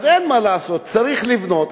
אז אין מה לעשות, צריך לבנות.